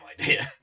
idea